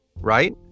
right